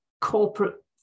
corporate